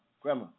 grandma